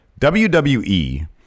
WWE